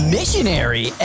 Missionary